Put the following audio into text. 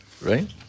Right